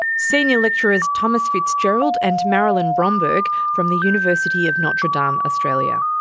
senior lecturers tomas fitzgerald and marilyn bromberg from the university of notre dame australia.